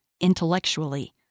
intellectually